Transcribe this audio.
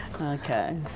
Okay